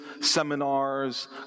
seminars